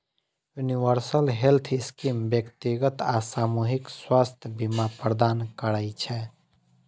universal health scheme व्यक्तिगत आ सामूहिक स्वास्थ्य बीमा प्रदान करै छै